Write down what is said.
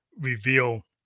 reveal